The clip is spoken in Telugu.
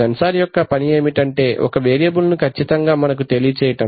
సెన్సార్ యొక్క పని ఏమిటి అంటే ఒక వేరియబుల్ ను కచ్చితంగా మనకు తెలియ చేయటం